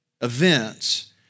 events